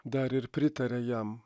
dar ir pritaria jam